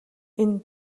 энэ